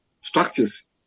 structures